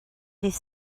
ddydd